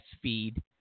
feed